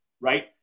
right